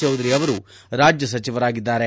ಚೌಧರಿ ಅವರು ರಾಜ್ಯ ಸಚಿವರಾಗಿದ್ದಾರೆ